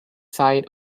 side